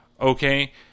Okay